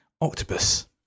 Octopus